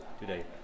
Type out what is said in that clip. today